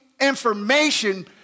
information